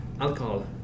Alcohol